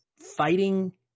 fighting